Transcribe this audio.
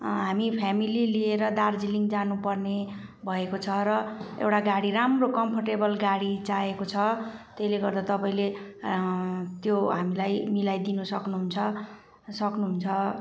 हामी फ्यामिली लिएर दार्जिलिङ जानुपर्ने भएको छ र एउटा गाडी राम्रो कम्फोर्टेबल गाडी चाहिएको छ त्यसले गर्दा तपाईँले त्यो हामीलाई मिलाइदिनु सक्नुहुन्छ सक्नुहुन्छ